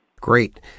Great